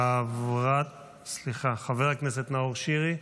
חבר הכנסת נאור שירי,